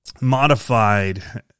Modified